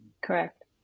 Correct